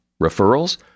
Referrals